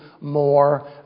more